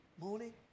morning